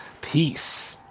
peace